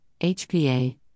HPA